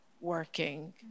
working